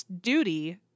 duty